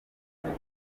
akazi